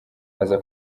aza